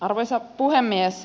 arvoisa puhemies